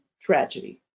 tragedy